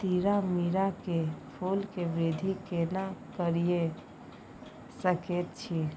तीरामीरा के फूल के वृद्धि केना करिये सकेत छी?